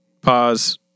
pause